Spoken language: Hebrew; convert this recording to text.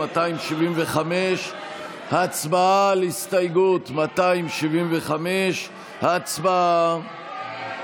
275. הצבעה על הסתייגות 275. הצבעה.